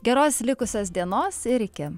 geros likusios dienos ir iki